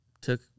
took